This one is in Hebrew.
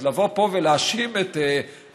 אז לבוא פה ולהאשים את מפא"י,